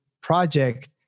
project